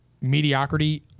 mediocrity